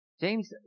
James